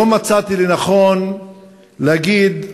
לא מצאתי לנכון להגיד,